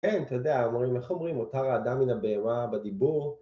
כן, אתה יודע, איך אומרים, מותר האדם מן הבהמה מהדיבור